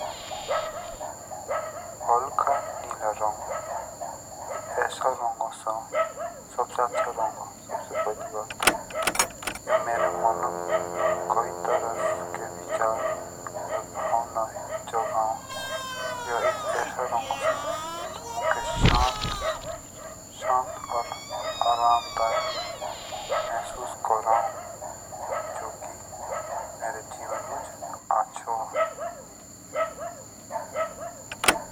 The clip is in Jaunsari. हिलका नीला रंग अक एसा रांग ओसो सबसे अच्छा रंग ओसो यो मेरे मोनोक कोई तरह के विचार और भावनाय जगा। एक ऐसा रंग ओसो जो नुकसान और आरामदायक महसूस कर राओ जो कि मेरे जीवन मुझ आचो हो।